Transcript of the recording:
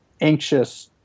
anxious –